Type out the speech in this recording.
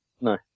No